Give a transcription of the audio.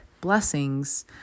blessings